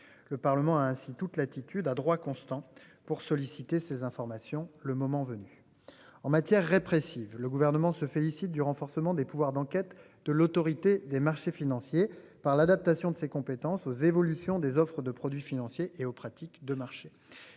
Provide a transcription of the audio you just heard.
Le Parlement a ainsi toute latitude à droit constant pour solliciter ces informations, le moment venu en matière répressive. Le gouvernement se félicite du renforcement des pouvoirs d'enquête de l'Autorité des marchés financiers par l'adaptation de ses compétences aux évolutions des offres de produits financiers et aux pratiques de marchés.